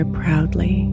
proudly